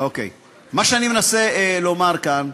מה שאני מנסה לומר כאן,